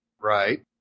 Right